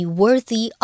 worthy